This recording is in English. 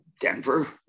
Denver